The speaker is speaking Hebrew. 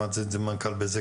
שמעתי את זה ממנכ"ל בזק,